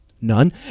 none